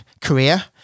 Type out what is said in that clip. career